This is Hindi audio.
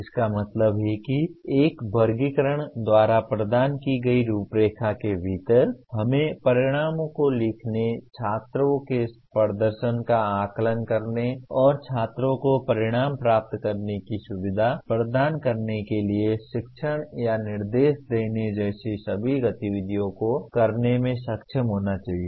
इसका मतलब है कि एक वर्गीकरण द्वारा प्रदान की गई रूपरेखा के भीतर हमें परिणामों को लिखने छात्रों के प्रदर्शन का आकलन करने और छात्रों को परिणाम प्राप्त करने की सुविधा प्रदान करने के लिए शिक्षण या निर्देश देने जैसी सभी गतिविधियों को करने में सक्षम होना चाहिए